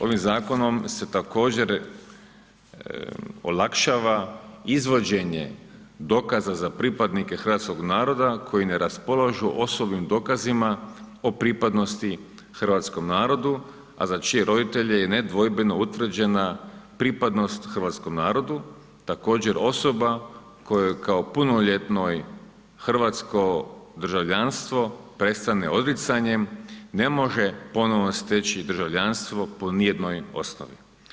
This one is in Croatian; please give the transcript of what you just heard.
Ovim zakonom se također olakšava izvođenje dokaza za pripadnike hrvatskog naroda koji ne raspolažu osobnim dokazima i pripadnosti hrvatskim naroda čije roditelje je nedvojbeno utvrđena pripadnost hrvatskom narodu, također osoba koje kao punoljetnoj, hrvatsko državljanstvo prestane odricanje, ne može ponovno steći državljanstvo po nijednoj osnovi.